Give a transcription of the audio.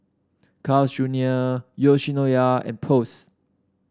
Carl's Junior Yoshinoya and Post